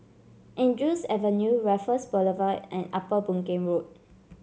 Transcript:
Andrews Avenue Raffles Boulevard and Upper Boon Keng Road